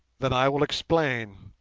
then i will explain.